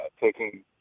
taking